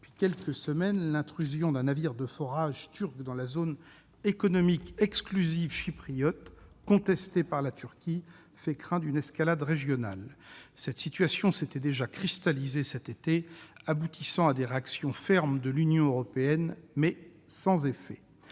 Depuis quelques semaines, l'intrusion d'un navire de forage turc dans la zone économique exclusive chypriote contestée par la Turquie fait craindre une escalade régionale. La même situation était déjà survenue cet été, aboutissant à des réactions fermes de l'Union européenne, mais sans effet.